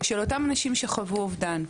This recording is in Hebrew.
של אותם אנשים שחוו אובדן.